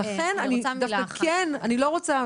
ולכן אני לא רוצה,